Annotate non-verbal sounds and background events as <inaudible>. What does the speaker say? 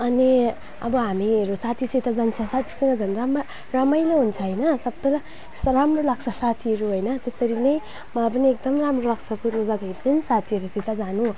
अनि अब हामीहरू साथीसित जान्छ साथीसित झन् रमाइलो हुन्छ होइन सबलाई यस्तो राम्रो लाग्छ साथीहरू होइन त्यसरी नै मलाई पनि एकदम राम्रो लाग्छ <unintelligible> भेट्थ्यो नि त साथीहरूसित जानु